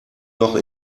noch